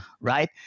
right